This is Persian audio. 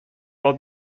راه